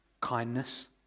kindness